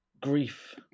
grief